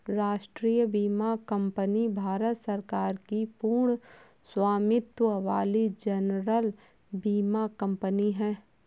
राष्ट्रीय बीमा कंपनी भारत सरकार की पूर्ण स्वामित्व वाली जनरल बीमा कंपनी है